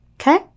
Okay